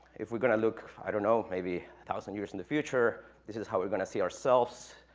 if we're going to look, i don't know, maybe a thousand years in the future, this is how we're going to see ourselves.